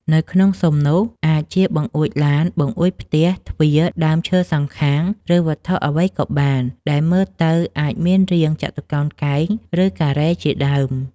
នៅក្នុងស៊ុមនោះ អាចជាបង្អួចឡាន បង្អួចផ្ទះ ទ្វារ ដើមឈើសង្ខាង ឬវត្ថុអ្វីក៏បាន ដែលមើលទៅអាចមានរាងចតុកោណកែង ឬ ការ៉េ ជាដើម។